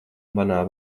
manā